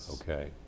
Okay